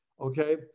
okay